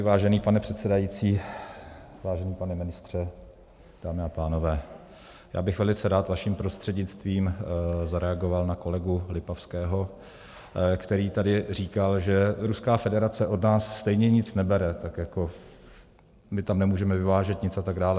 Vážený pane předsedající, vážený pane ministře, dámy a pánové, já bych velice rád vaším prostřednictvím zareagoval na kolegu Lipavského, který tady říkal, že Ruská federace od nás stejně nic nebere, tak jako my tam nemůžeme vyvážet nic atd.